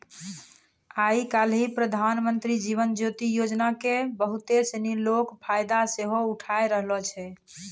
आइ काल्हि प्रधानमन्त्री जीवन ज्योति योजना के बहुते सिनी लोक फायदा सेहो उठाय रहलो छै